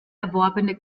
erworbene